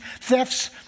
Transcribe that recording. thefts